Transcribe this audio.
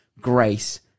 grace